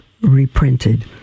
reprinted